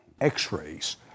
x-rays